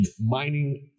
mining